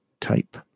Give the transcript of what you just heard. type